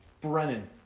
Brennan